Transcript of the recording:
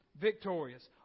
Victorious